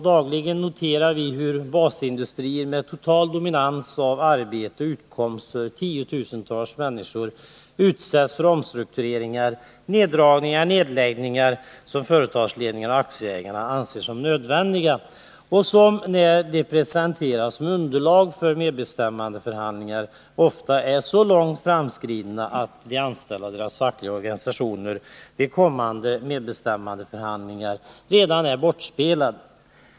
Dagligen noterar vi hur basindustrier med total dominans i fråga om arbete och utkomst för tiotusentals människor utsätts för omstruktureringar, neddragningar och nedläggningar som företagsledningar och aktieägare anser som nödvändiga och som, när planerna presenteras som underlag för medbestämmandeförhandlingar, ofta är så långt framskridna att de anställda och deras organisationer redan är överspelade.